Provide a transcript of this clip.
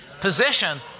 position